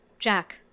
Jack